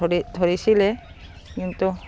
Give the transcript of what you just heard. ধৰি ধৰিছিলে কিন্তু